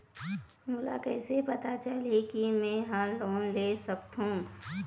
मोला कइसे पता चलही कि मैं ह लोन ले सकथों?